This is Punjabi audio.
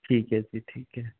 ਠੀਕ ਹੈ ਜੀ ਠੀਕ ਹੈ